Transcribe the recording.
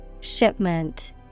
Shipment